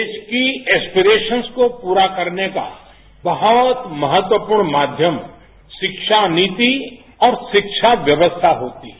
देश की एसपीरेशन्स को पूरा करने का बहुत महत्वपूर्ण माध्यम शिक्षा नीति और शिक्षा व्यवस्था होती है